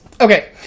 okay